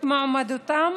מועמדותם,